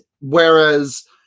whereas